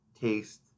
taste